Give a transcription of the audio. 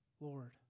Lord